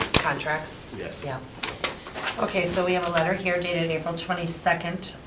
contracts? yes. yeah okay, so we have a letter here dated april twenty second,